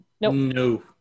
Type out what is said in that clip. No